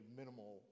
minimal